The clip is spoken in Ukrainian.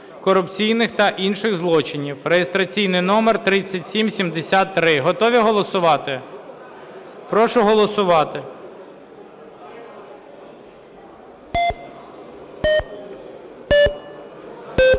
корупційних та інших злочинів (реєстраційний номер 3773). Готові голосувати? Прошу голосувати.